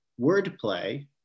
Wordplay